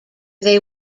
they